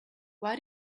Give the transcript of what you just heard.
why